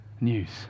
news